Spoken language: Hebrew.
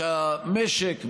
שהמשק,